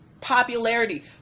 popularity